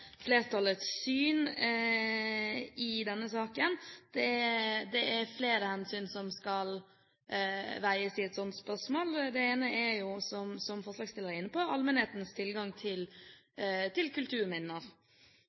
flertallets syn i denne saken. Det er flere hensyn som skal veies i et sånt spørsmål. Det ene er, som forslagsstillerne er inne på, allmennhetens tilgang